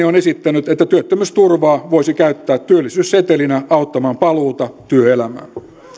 on esittänyt että työttömyysturvaa voisi käyttää työllisyyssetelinä auttamaan paluuta työelämään